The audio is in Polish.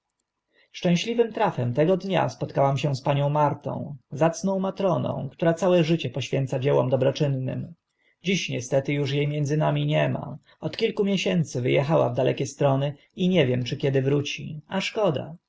szczęśliwym trafem tego dnia właśnie spotkałam się z panią martą zacną matroną która całe życie poświęca dziełom dobroczynnym dziś niestety uż e między nami nie ma od kilku miesięcy wy echała w dalekie społecznik strony i nie wiem czy kiedy wróci a szkoda